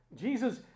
Jesus